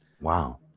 Wow